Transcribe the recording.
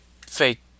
fake